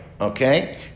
Okay